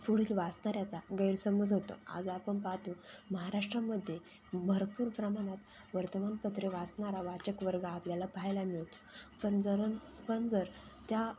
पुढील वाचणाऱ्याचा गैरसमज होतो आज आपण पाहतो महाराष्ट्रामध्ये भरपूर प्रमाणात वर्तमानपत्रे वाचणारा वाचकवर्ग आपल्याला पहायला मिळतो पण जरन पण जर त्या